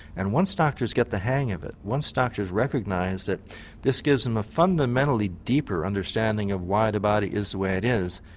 and once doctors get the hang of it, once doctors recognise that this gives them a fundamentally deeper understanding of why the body is the way it is,